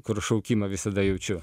kur šaukimą visada jaučiu